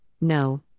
no